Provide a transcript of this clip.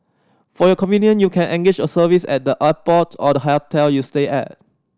for your convenience you can engage a service at the airport or the hotel you stay at